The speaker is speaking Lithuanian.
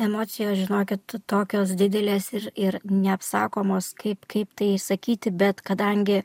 emocijos žinokit tokios didelės ir ir neapsakomos kaip kaip tai išsakyti bet kadangi